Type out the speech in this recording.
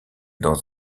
dans